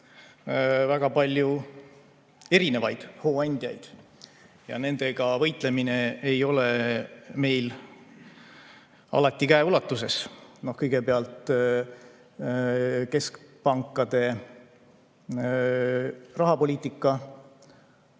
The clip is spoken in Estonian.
väga palju erinevaid hooandjaid ja nendega võitlemise [vahendid] ei ole meil alati käeulatuses. Kõigepealt keskpankade rahapoliitika,